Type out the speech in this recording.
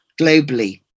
globally